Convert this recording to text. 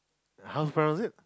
how's browse it